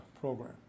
program